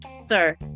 Sir